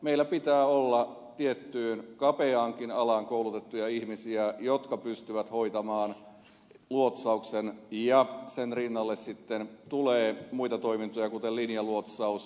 meillä pitää olla tiettyyn kapeaankin alaan koulutettuja ihmisiä jotka pystyvät hoitamaan luotsauksen ja sen rinnalle sitten tulee muita toimintoja kuten linjaluotsaus